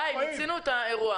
די, מיצינו את האירוע.